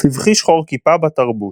סבכי שחור-כיפה בתרבות